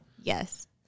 Yes